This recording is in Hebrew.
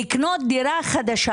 אפשר לקנות דירה חדשה,